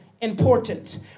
important